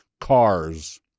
cars